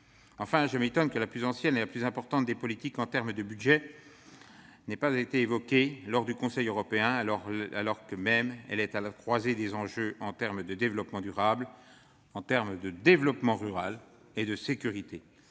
Enfin, je m'étonne que la plus ancienne et la plus importante des politiques en termes de budget n'ait pas été évoquée lors de ce Conseil européen, alors même qu'elle est à la croisée des enjeux en termes de développement durable, de développement rural et de sécurité.